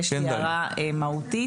יש לי הערה מהותית.